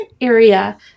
area